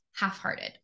half-hearted